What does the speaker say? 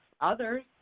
others